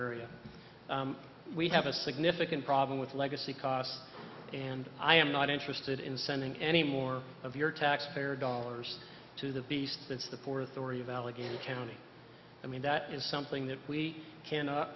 area we have a significant problem with legacy costs and i am not interested in sending any more of your taxpayer dollars to the beast since the port authority of allegheny county i mean that is something that we cannot